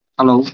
Hello